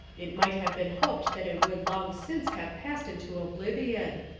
it might have been hoped that it would long since have passed into oblivion.